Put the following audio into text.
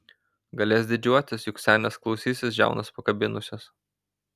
galės didžiuotis juk senės klausysis žiaunas pakabinusios